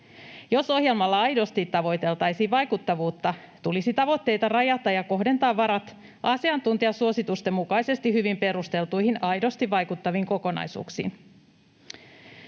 Jos ohjelmalla aidosti tavoiteltaisiin vaikuttavuutta, tulisi tavoitteita rajata ja kohdentaa varat asiantuntijasuositusten mukaisesti hyvin perusteltuihin, aidosti vaikuttaviin kokonaisuuksiin.